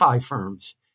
firms